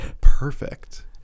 perfect